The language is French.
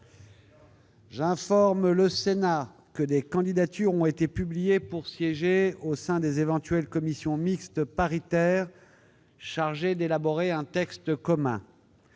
J'informe le Sénat que des candidatures ont été publiées pour siéger au sein des éventuelles commissions mixtes paritaires chargées d'élaborer un texte commun,